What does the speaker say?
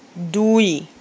দুই